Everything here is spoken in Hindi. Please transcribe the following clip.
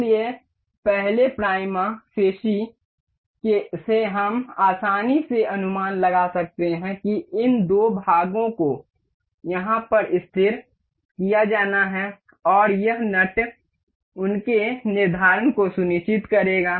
इसलिए पहले प्राइमा फेसि से हम आसानी से अनुमान लगा सकते हैं कि इन दो भागों को यहाँ पर स्थिर किया जाना है और यह नट उनके निर्धारण को सुनिश्चित करेगा